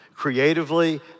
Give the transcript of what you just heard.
creatively